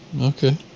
Okay